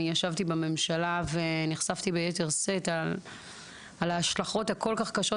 אני ישבתי בממשלה ונחשפתי ביתר שאת על ההשלכות הכול כך קשות,